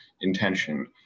intention